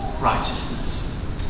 righteousness